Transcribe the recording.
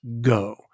Go